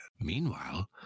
Meanwhile